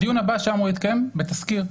הדיון הבא שאמור היה להתקיים, בתזכיר.